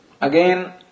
again